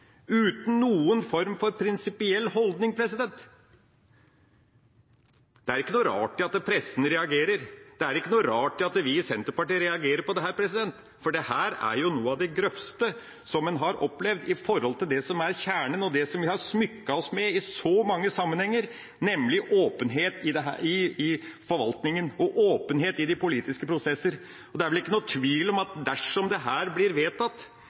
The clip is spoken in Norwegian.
uten noen form for prinsipiell holdning. Det er ikke noe rart i at pressen reagerer. Det er ikke noe rart i at vi i Senterpartiet reagerer på dette, for dette er jo noe av det grøvste som en har opplevd når det gjelder det som er kjernen, og det som vi har smykket oss med i så mange sammenhenger, nemlig åpenhet i forvaltninga og åpenhet i de politiske prosesser. Det er vel ikke noe tvil om at dersom dette blir vedtatt,